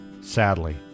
Sadly